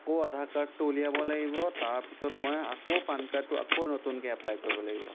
আকৌ আধাৰ কাৰ্ডটো উলিয়াব লাগিব তাৰপিছত মই আকৌ পান কাৰ্ডটো আকৌ নতুনকৈ এপ্লাই কৰিব লাগিব